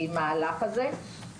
המהלך הזה בסוף שנת הלימודים הנוכחית.